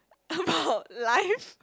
about life